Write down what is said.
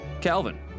Calvin